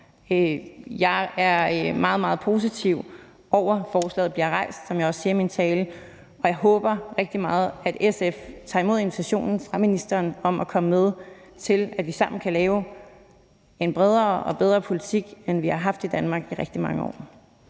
meget, meget positiv over for, at forslaget bliver rejst, som jeg også siger i min tale, og jeg håber rigtig meget, at SF tager imod invitationen fra ministeren om at komme og være med til, at vi sammen kan lave en bredere og bedre politik, end vi har haft i Danmark i rigtig mange år.